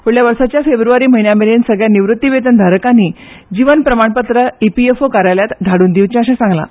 फुडल्या वर्साच्या फेब्र्वारी म्हयन्या मेरेन सगळ्या निवृत्ती वेतन धारकांनी जीवन प्रामणपत्र ईपीएफओ कार्यालयांत धाडून दिवची अशें सांगलां